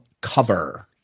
cover